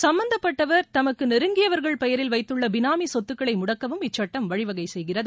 சும்மந்தப்பட்டவர் தமக்கு நெருங்கியவர்கள் பெயரில் வைத்துள்ள பினாமி சொத்துக்களை முடக்கவும் இச்சுட்டம் வழிவகை செய்கிறது